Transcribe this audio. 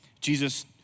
Jesus